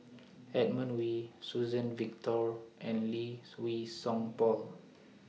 Edmund Wee Suzann Victor and Lee Wei Song Paul